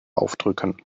aufdrücken